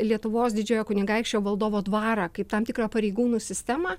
lietuvos didžiojo kunigaikščio valdovo dvarą kaip tam tikrą pareigūnų sistemą